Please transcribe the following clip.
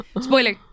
Spoiler